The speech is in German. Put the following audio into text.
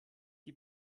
die